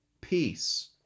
peace